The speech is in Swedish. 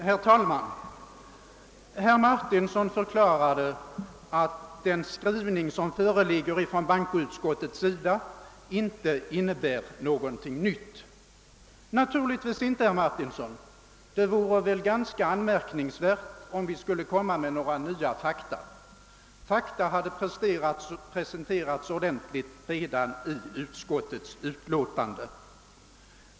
Herr talman! Herr Martinsson förklarade, att den skrivning som nu föreligger från bankoutskottet inte innebär någonting nytt. Naturligtvis inte, herr Martinsson! Det vore väl ganska anmärkningsvärt, om vi nu skulle ha kommit med några nya fakta. Fakta hade presenterats ordentligt redan i utskottsutlåtandet.